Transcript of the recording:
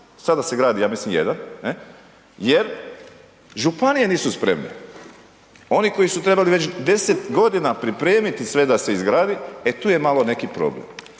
sada se gradi ja mislim jedan, ne, jer županije nisu spremne, oni koji su trebali već 10 g. pripremiti sve da se izgradi, e tu je malo neki problem.